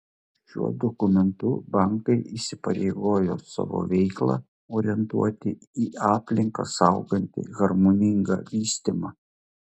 šiuo dokumentu bankai įsipareigojo savo veiklą orientuoti į aplinką saugantį harmoningą vystymą